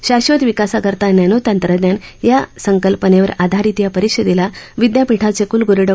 शाक्षत विकासाकरता नॅनो तंत्रज्ञान या संकल्पनेवर आधारित या परिषदेला विद्यापीठाचे कुलगुरु डॉ